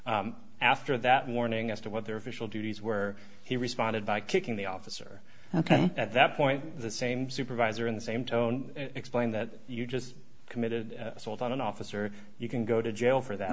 after that morning as to what their official duties were he responded by kicking the officer ok at that point the same supervisor in the same tone explained that you just committed assault on an officer you can go to jail for that